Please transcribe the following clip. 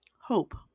Hope